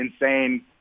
insane